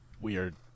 weird